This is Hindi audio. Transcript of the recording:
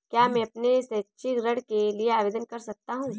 क्या मैं अपने शैक्षिक ऋण के लिए आवेदन कर सकता हूँ?